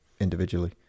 individually